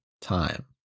time